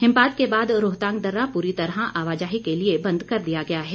हिमपात के बाद रोहतांग दर्रा पूरी तरह आवाजाही के लिए बंद कर दिया गया है